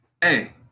Hey